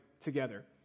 together